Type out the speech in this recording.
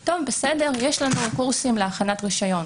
טוב, בסדר, יש לנו קורסים להכנת רישיון,